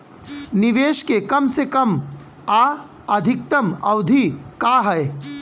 निवेश के कम से कम आ अधिकतम अवधि का है?